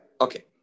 Okay